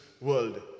world